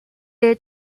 est